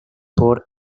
por